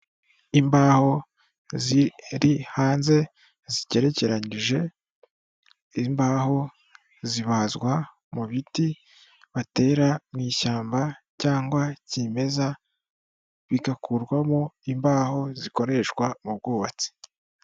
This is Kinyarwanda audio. Imbaho ziri hanze zigerekeranije. Imbaho zibazwa mu biti batera mu ishyamba cyangwa kimeza, bigakurwamo imbaho zikoreshwa mu bwubatsi.